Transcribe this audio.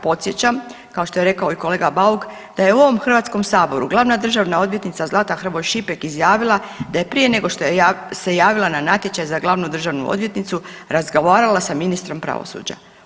Podsjećam kao što je rekao i kolega Bauk da je u ovom Hrvatskom saboru glavna državna odvjetnica Zlata Hrvoj Šipek izjavila da je prije nego što je se javila na natječaj za glavnu državnu odvjetnicu razgovarala sa ministrom pravosuđa.